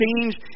change